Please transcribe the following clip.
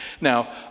Now